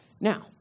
Now